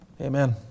Amen